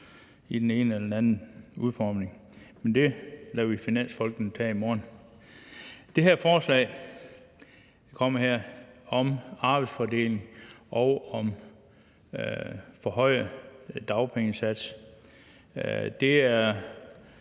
i den ene eller anden udformning. Men det lader vi finansfolkene tage i morgen. Det her forslag om arbejdsfordeling og lovforslaget om forhøjet dagpengesats kommer